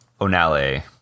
Onale